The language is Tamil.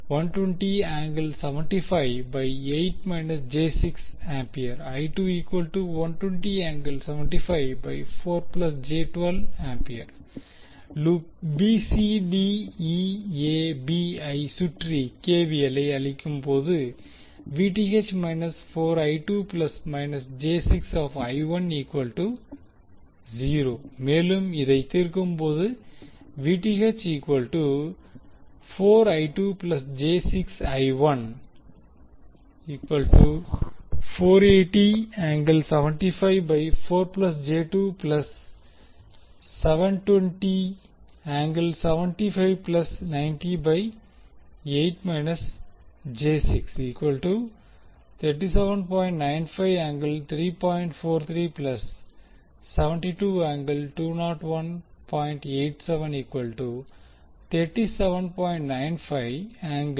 எனவே லூப் bcdeab ஐ சுற்றி KVLஐ அளிக்கும்போது மேலும் இதை தீர்க்கும்போது